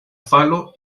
falo